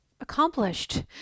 accomplished